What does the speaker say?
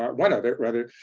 um one other, rather,